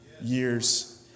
years